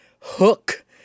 hook